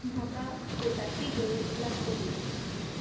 म्हाका कोटाची गरज लागतली